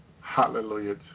Hallelujah